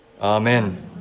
Amen